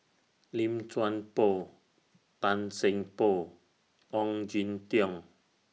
Lim Chuan Poh Tan Seng Poh Ong Jin Teong